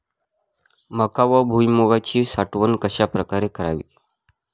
मका व भुईमूगाची साठवण कशाप्रकारे करावी?